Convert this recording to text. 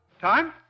Time